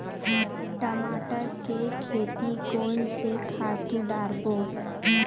टमाटर के खेती कोन से खातु डारबो?